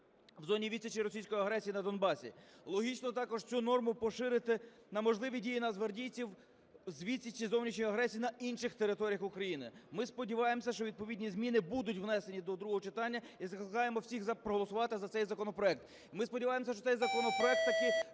в зоні відсічі російської агресії на Донбасі. Логічно також цю норму поширити на можливі дії нацгвардійців з відсічі зовнішньої агресії на інших територіях України. Ми сподіваємось, що відповідні зміни будуть внесені до другого читання. І закликаємо всіх проголосувати за цей законопроект. Ми сподіваємось, що цей законопроект таки